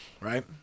right